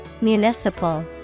Municipal